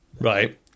Right